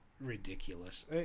ridiculous